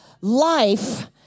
life